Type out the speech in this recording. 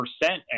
percent